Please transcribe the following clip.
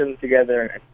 together